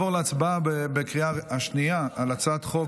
נעבור להצבעה בקריאה שנייה על הצעת חוק